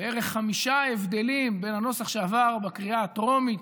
יש בערך חמישה הבדלים בין הנוסח שעבר בקריאה הטרומית,